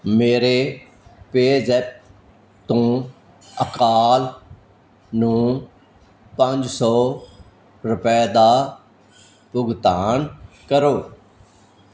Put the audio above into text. ਮੇਰੇ ਪੇਜ਼ੈਪ ਤੋਂ ਅਕਾਲ ਨੂੰ ਪੰਜ ਸੌ ਰੁਪਏ ਦਾ ਭੁਗਤਾਨ ਕਰੋ